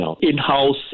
in-house